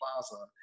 Plaza